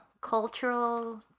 cultural